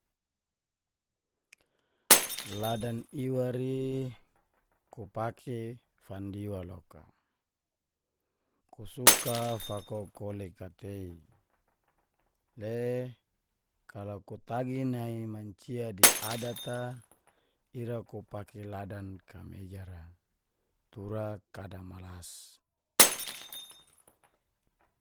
Ladan iwari, kupaki fandiwa loka. Ku suka fakako lekatei le kalau kutagi nai mancia di adat a ira kupaki ladan kameja ra tura kada malas.